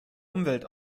umwelt